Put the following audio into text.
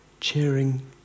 cheering